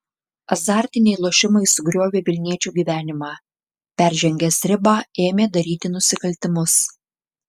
azartiniai lošimai sugriovė vilniečio gyvenimą peržengęs ribą ėmė daryti nusikaltimus